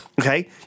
okay